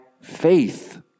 faith